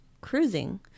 cruising